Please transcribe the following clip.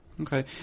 Okay